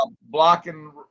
blocking